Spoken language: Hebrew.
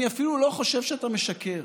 אני אפילו לא חושב שאתה משקר.